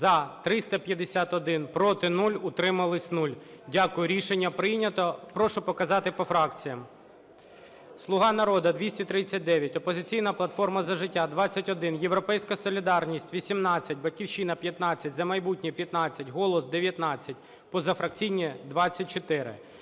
За-351 Проти – 0, утрималися – 0. Дякую. Рішення прийнято. Прошу показати по фракціям. "Слуга народу" – 239, "Опозиційна платформа – За життя" – 21, "Європейська солідарність" – 18, "Батьківщина" – 15, "За майбутнє" – 15, "Голос" – 19, позафракційні – 24.